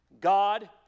God